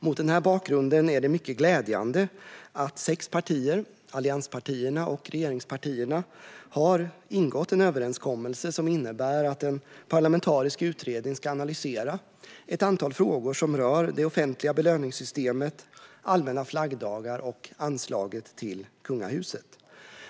Mot denna bakgrund är det mycket glädjande att sex partier - allianspartierna och regeringspartierna - har ingått en överenskommelse som innebär att en parlamentarisk utredning ska analysera ett antal frågor som rör det offentliga belöningssystemet, allmänna flaggdagar och anslaget till kungahuset.